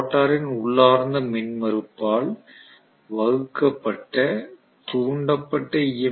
ரோட்டரின் உள்ளார்ந்த மின்மறுப்பால் வகுக்கப்பட்ட தூண்டப்பட்ட ஈ